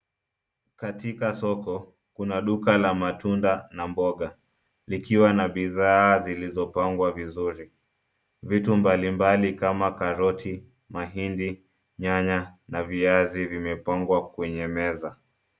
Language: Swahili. Katika soko kuna duka la matunda na mboga likiwa na bidhaa zilizopangwa vizuri. Vitu mbalimbali kama karoti, mahindi, nyanya na viazi vimepangwa kwenye meza.